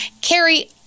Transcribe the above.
Carrie